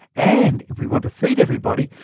and if we want to feed everybody,